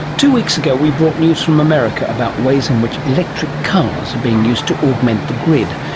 two weeks ago we brought news from america about ways in which electric cars are being used to augment the grid,